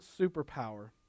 superpower